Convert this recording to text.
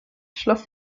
schloss